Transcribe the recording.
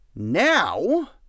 Now